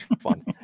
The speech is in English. fun